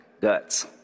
guts